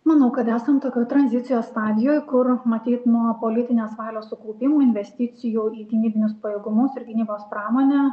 manau kad esam tokioj tranzicijos stadijoj kur matyt nuo politinės valios sukaupimų investicijų į gynybinius pajėgumus ir gynybos pramonę